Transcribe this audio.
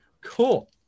cool